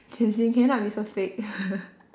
zhi xin can you not be so fake